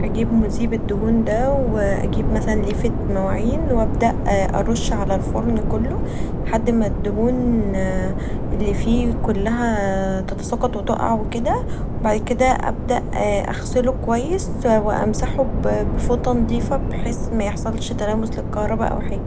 اجيب مذيب الدهون دا واجيب مثلا ليفه مواعين و أبدا ارش علي الفرن كله لحد ما الدهون اللي فيه كلها تتساقط و تقع و كدا بعد كدا أبدا اغسله كويس وامسحه بفوطه نضيفه بحيث ميحصلش تلامس للكهرباء او حاجه.